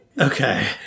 okay